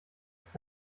was